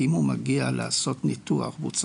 כי אם הוא מגיע לעשות ניתוח,